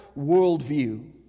worldview